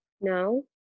No